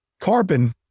carbon